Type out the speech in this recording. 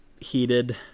Heated